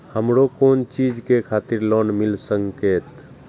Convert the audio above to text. हमरो कोन चीज के खातिर लोन मिल संकेत?